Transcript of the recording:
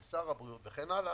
עם שר הבריאות וכן הלאה,